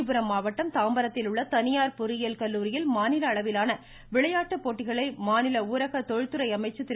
காஞ்சிபுரம் மாவட்டம் தாம்பரத்தில் உள்ள தனியார் பொறியியல் கல்லூரியில் மாநில அளவிலான விளையாட்டு போட்டிகளை மாநில ஊரக தொழில்துறை அமைச்சர் திரு